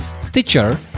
Stitcher